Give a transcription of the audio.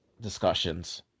discussions